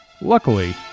Luckily